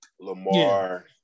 Lamar